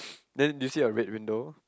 then do you see a red window